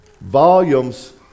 Volumes